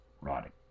Rotting